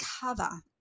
cover